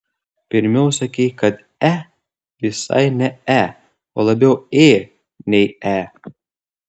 pirmiau sakei kad e visai ne e o labiau ė nei e